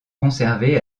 conservées